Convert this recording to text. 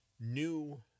new